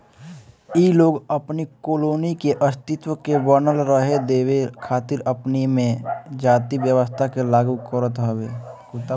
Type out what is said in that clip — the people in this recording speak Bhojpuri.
इ लोग अपनी कॉलोनी के अस्तित्व के बनल रहे देवे खातिर अपनी में जाति व्यवस्था के लागू करत हवे